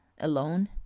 alone